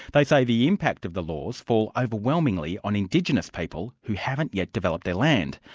they say the impact of the laws fall overwhelmingly on indigenous people who haven't yet developed their land.